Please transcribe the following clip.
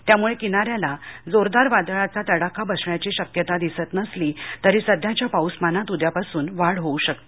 त्यामुळे किनाऱ्याला जोरदार वादळाचा तडाखा बसण्याची शक्यता दिसत नसली तरी सध्याच्या पाऊसमानात उद्यापासून वाढ होऊ शकते